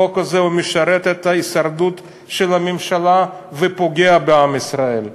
החוק הזה משרת את ההישרדות של הממשלה ופוגע בעם ישראל.